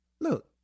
Look